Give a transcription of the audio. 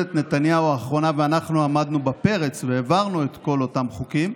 ממשלת נתניהו האחרונה ואנחנו עמדנו בפרץ והעברנו את כל אותם חוקים,